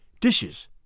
Dishes